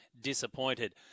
disappointed